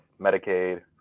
medicaid